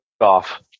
off